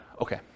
Okay